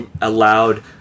allowed